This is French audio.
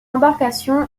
embarcation